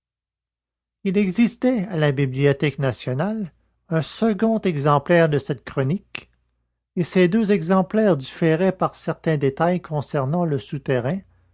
il existait à la bibliothèque nationale un second exemplaire de cette chronique et ces deux exemplaires différaient par certains détails concernant le souterrain